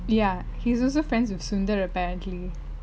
ya he's also friends with sundar apparently